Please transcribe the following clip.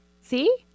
See